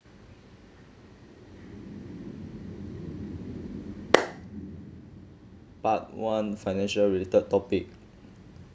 part one financial related topic